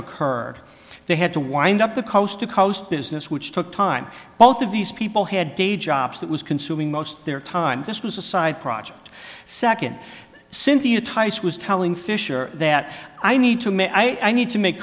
occur they had to wind up the coast to coast business which took time both of these people had day jobs that was consuming most their time just was a side project second cynthia tice was telling fisher that i need to may i need to make